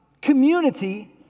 community